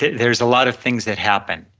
there is a lot of things that happen.